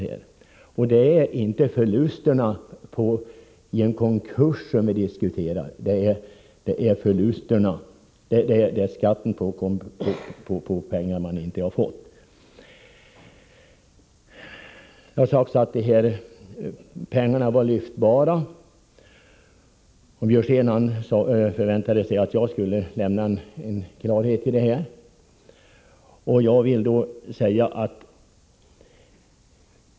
Vi diskuterar inte förlusterna i en konkurs utan skatt på pengar som man inte har fått. Det har påståtts att pengarna var lyftbara. Karl Björzén väntade sig att jag skulle klara ut detta.